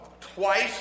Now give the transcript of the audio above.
twice